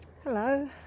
Hello